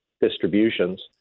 distributions